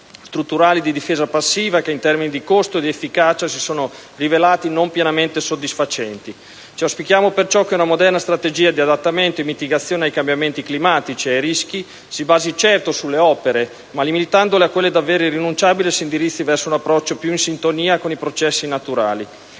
strutturali di difesa passiva che in termini di costo e di efficacia si sono rivelati non pienamente soddisfacenti. Auspichiamo perciò che una moderna strategia di adattamento e mitigazione ai cambiamenti climatici e ai rischi si basi, certo, sulle opere, ma limitandole a quelle davvero irrinunciabili, e si indirizzi verso un approccio più in sintonia con i processi naturali,